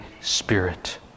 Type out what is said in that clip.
Spirit